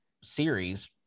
series